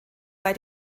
bei